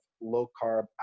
low-carb